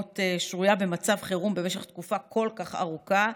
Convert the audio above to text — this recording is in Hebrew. שרויה במצב חירום במשך תקופה כל כך ארוכה,